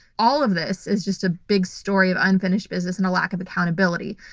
all of this is just a big story of unfinished business and a lack of accountability.